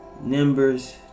Numbers